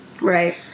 Right